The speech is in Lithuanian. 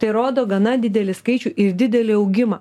tai rodo gana didelį skaičių ir didelį augimą